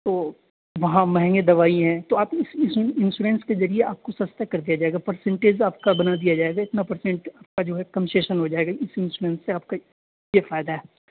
تو وہاں مہنگے دوائی ہیں تو آپ اس اس انشورینس کے ذریعے آپ کو سستا کر دیا جائے گا پرسنٹیج آپ کا بنا دیا جائے گا اتنا پرسنٹ آپ کا جو ہے کنسیشن ہو جائے گا اس انشورینس سے آپ کا یہ فائدہ ہے